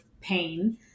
pain